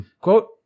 quote